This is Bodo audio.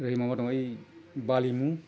ओरै नङा ओइ बालिमु